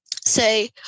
say